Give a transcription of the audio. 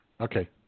Okay